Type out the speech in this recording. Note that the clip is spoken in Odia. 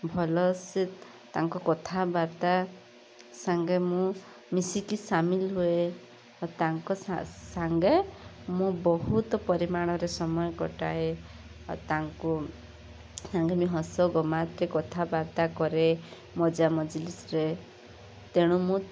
ଭଲ ସେ ତାଙ୍କ କଥାବାର୍ତ୍ତା ସାଙ୍ଗେ ମୁଁ ମିଶିକି ମୁଁ ସାମିଲ୍ ହୁଏ ତାଙ୍କ ସାଙ୍ଗେ ମୁଁ ବହୁତ ପରିମାଣରେ ସମୟ କଟାଏ ତାଙ୍କୁ ହସ ଗମାତ୍ କଥାବାର୍ତ୍ତା କରେ ମଜା ମଜଲିସ୍ରେ ତେଣୁ ମୁଁ